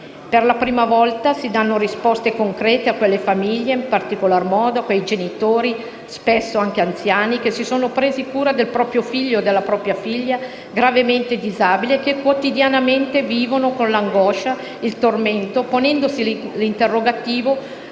Per la prima volta si danno risposte concrete a quelle famiglie, in particolar modo a quei genitori, spesso anche anziani, che si sono presi cura del proprio figlio o della propria figlia, gravemente disabile e che quotidianamente vivono con l'angoscia e il tormento, ponendosi l'interrogativo